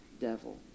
devil